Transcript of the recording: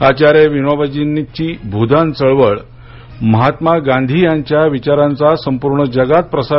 आचार्य विनोबाजींची भूदान चळवळ महात्मा गांधीजींच्या विचारांचा संपूर्ण जगात प्रसार